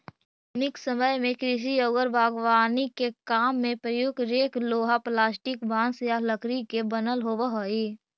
आधुनिक समय में कृषि औउर बागवानी के काम में प्रयुक्त रेक लोहा, प्लास्टिक, बाँस या लकड़ी के बनल होबऽ हई